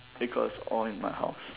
because all in my house